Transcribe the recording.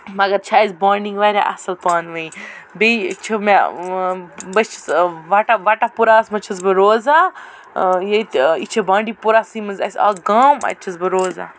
مگر چھےٚ اَسہِ بانڈِنٛگ واریاہ اَصٕل پانہٕ ؤنۍ بیٚیہِ چھِ مےٚ بہٕ چھَس وَٹا وَٹا پوٗراہَس منٛز چھَس بہٕ روزان ییٚتہِ یہِ چھِ بانٛڈی پوٗراسٕے منٛز اَکھ گام اَتہِ چھَس بہٕ روزان